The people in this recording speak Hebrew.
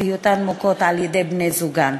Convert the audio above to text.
בהיותן מוכות על-ידי בני-זוגן.